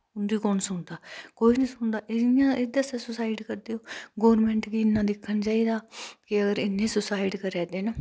उन्दी कुन सुनदा कोई नी सुनदा एह् जियां एह्दे आस्सै सुसाईड़ करदे ओह् गौरमैंट गी इन्ना दिक्खना चाहिदा के अगर इन्ने सुसाईड करै दे न